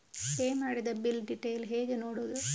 Pay ಮಾಡಿದ bill detail ಹೇಗೆ ನೋಡುವುದು?